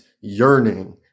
yearning